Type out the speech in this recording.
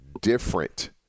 different